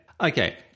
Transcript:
Okay